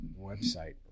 website